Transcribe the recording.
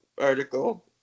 article